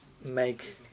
make